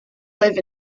live